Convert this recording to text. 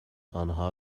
آنها